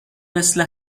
مثل